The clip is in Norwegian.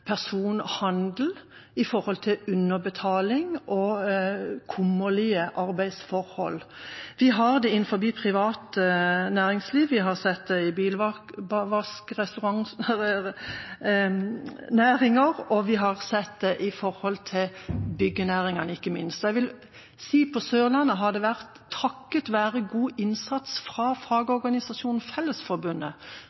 personhandel i tilknytning til underbetaling og kummerlige arbeidsforhold. Vi har det innenfor privat næringsliv. Vi har sett det i bilvask- og restaurantnæringer, og vi har sett det i byggenæringene, ikke minst. Jeg vil si at på Sørlandet har det – takket være god innsats fra